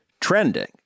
trending